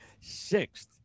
sixth